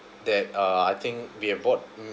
that uh I think we had bought mm